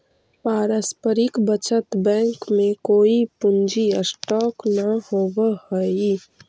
पारस्परिक बचत बैंक में कोई पूंजी स्टॉक न होवऽ हई